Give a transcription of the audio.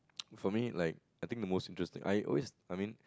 for me like I think the most interesting I always I mean